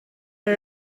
her